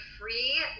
free